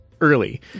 early